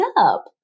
up